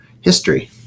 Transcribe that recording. history